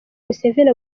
museveni